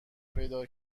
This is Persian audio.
پیدا